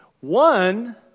One